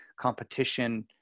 competition